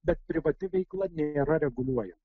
bet privati veikla nėra reguliuojama